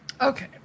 Okay